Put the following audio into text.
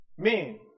Men